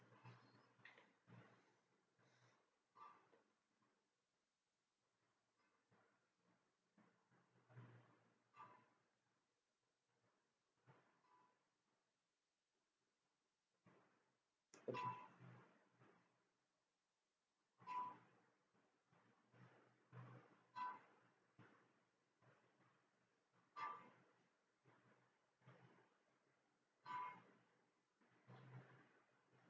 okay